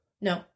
No